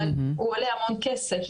אבל הוא עולה המון כסף.